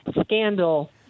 scandal